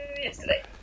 yesterday